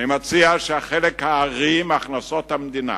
אני מציע שחלק הארי מהכנסות המדינה